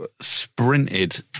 sprinted